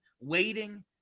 waiting